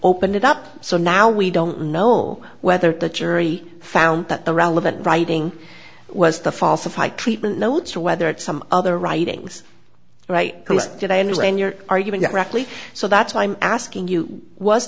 opened it up so now we don't know whether the jury found that the relevant writing was the falsify treatment notes or whether it some other writings right did i understand your argument correctly so that's why i'm asking you w